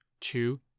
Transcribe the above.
two